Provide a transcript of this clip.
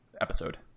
episode